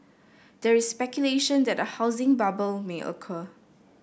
there is speculation that a housing bubble may occur